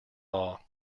law